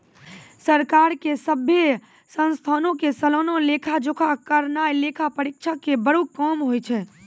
सरकार के सभ्भे संस्थानो के सलाना लेखा जोखा करनाय लेखा परीक्षक के बड़ो काम होय छै